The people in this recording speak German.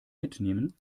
mitnehmen